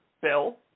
bill